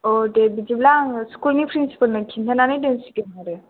दे बिदिब्ला आङो स्कुल नि प्रिनसिपाल नो खिन्थानानै दोनसिगोन आरो